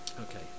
okay